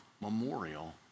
Memorial